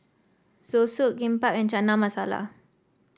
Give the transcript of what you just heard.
Zosui Kimbap and Chana Masala